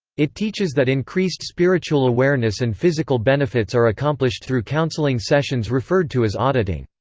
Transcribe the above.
it teaches that increased spiritual awareness and physical benefits are accomplished through counseling sessions referred to as auditing.